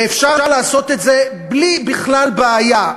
ואפשר לעשות את זה בכלל בלי בעיה.